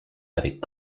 avec